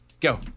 Go